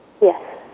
Yes